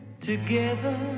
Together